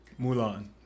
mulan